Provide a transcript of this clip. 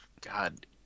God